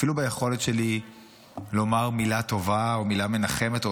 אפילו ביכולת שלי לומר מילה טובה או מילה מנחמת,